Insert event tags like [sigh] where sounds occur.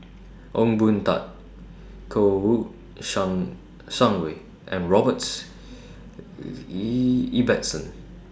Ong Boon Tat Kouo Shang Shang Wei and Robert [unintelligible] Ibbetson